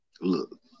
Look